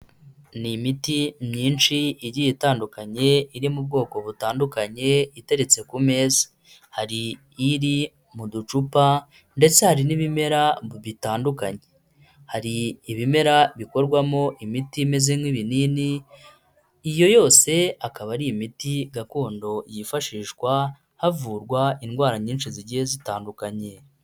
Ni imiti myinshi igiye itandukanye, iri mu bwoko butandukanye, iteretse ku meza. Hari iri mu ducupa ndetse hari n'ibimera bitandukanye. Hari ibimera bikorwamo imiti imeze nk'ibinini, iyo yose akaba ari imiti gakondo yifashishwa havurwa indwara nyinshi zigiye zitandukanye.